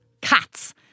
cats